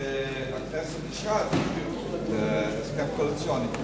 שהכנסת אישרה את ההסכם הקואליציוני,